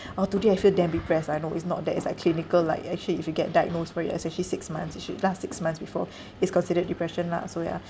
oh today I feel damn depressed ah no it's not that it's like clinical like actually if you get diagnosed where you're actually six months it should last six months before it's considered depression lah so ya